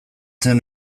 zen